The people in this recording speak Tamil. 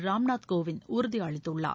ராம் நாத் கோவிந்த் உறுதி அளித்துள்ளார்